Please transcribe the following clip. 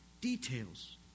details